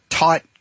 Tight